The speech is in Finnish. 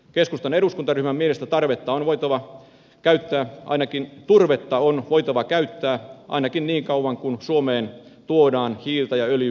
keskustan eduskuntaryhmän mielestä tarvetta on voitava käyttää ainakin turvetta on voitava käyttää ainakin niin kauan kuin suomeen tuodaan hiiltä ja öljyä ulkomailta